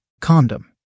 Condom